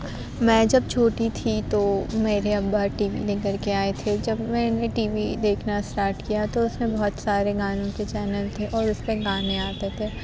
میں جب چھوٹی تھی تو میرے ابا ٹی وی لے کر کے آئے تھے جب میں نے ٹی وی دیکھنا اسٹارٹ کیا تو اُس میں بہت سارے گانوں کے چینل تھے اور اُس پہ گانے آتے تھے